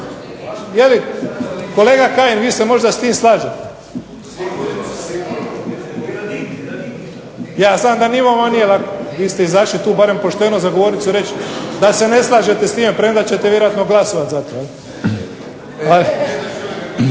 slažete. … /Upadica se ne razumije./… Ja znam da ni vama nije lako, vi ste izašli tu barem pošteno za govornicu reći da se ne slažete s time premda ćete vjerojatno glasovat za to.